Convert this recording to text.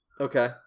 Okay